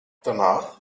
danach